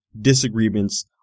disagreements